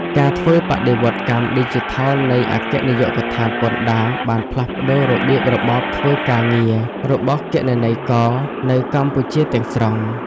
ការធ្វើបរិវត្តកម្មឌីជីថលនៃអគ្គនាយកដ្ឋានពន្ធដារ បានផ្លាស់ប្តូររបៀបរបបធ្វើការងាររបស់គណនេយ្យករនៅកម្ពុជាទាំងស្រុង។